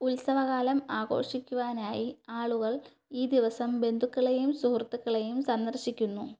ഉത്സവകാലം ആഘോഷിക്കുവാനായി ആളുകൾ ഈ ദിവസം ബന്ധുക്കളെയും സുഹൃത്തുക്കളെയും സന്ദർശിക്കുന്നു